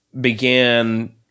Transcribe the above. began